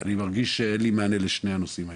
אני מרגיש שאין לי מענה לשני הנושאים האלה,